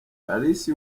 paris